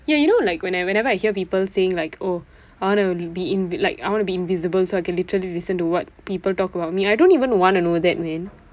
you you know like when I whenever I hear people saying like oh I'd rather be inv~ like I want to be invisible so I can literally listen to what people talk about me I don't even want to know that man